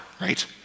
right